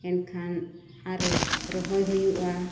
ᱮᱱᱠᱷᱟ ᱟᱨ ᱨᱚᱦᱚᱭ ᱦᱩᱭᱩᱜᱼᱟ